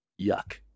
Yuck